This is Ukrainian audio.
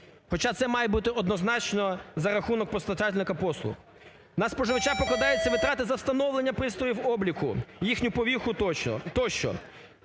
Хоча це має бути, однозначно, за рахунок постачальника послуг. На споживача покладаються витрати за встановлення пристроїв обліку, їхню повірку тощо.